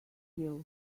feel